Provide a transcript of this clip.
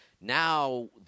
now